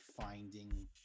finding